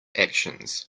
actions